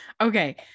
Okay